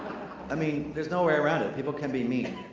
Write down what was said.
i mean, there's no way around it. people can be mean,